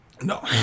No